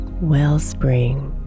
wellspring